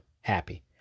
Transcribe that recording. happy